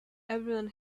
everyone